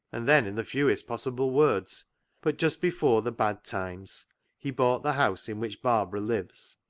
and then in the fewest possible words but just before the bad times he bought the house in which barbara lives,